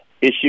issue